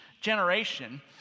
generation